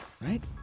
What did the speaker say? right